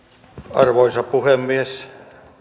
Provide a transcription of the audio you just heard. arvoisa puhemies